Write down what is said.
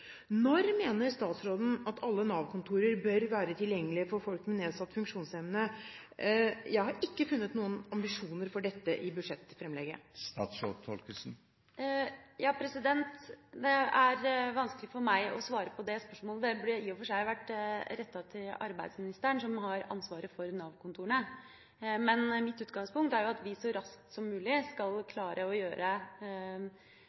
Når mener statsråden at alle Nav-kontorer bør være tilgjengelige for folk med nedsatt funksjonsevne? Jeg har ikke funnet noen ambisjoner om dette i budsjettetfremlegget. Det er vanskelig for meg å svare på det spørsmålet. Det burde i og for seg vært rettet til arbeidsministeren, som har ansvaret for Nav-kontorene. Men mitt utgangspunkt er at vi så raskt som mulig skal